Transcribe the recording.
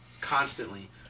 constantly